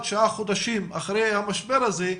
תשעה חודשים אחרי המשבר הזה,